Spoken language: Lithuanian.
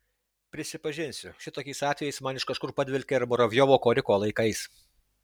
prisipažinsiu šitokiais atvejais man iš kažkur padvelkia ir muravjovo koriko laikais